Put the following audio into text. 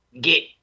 Get